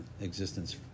existence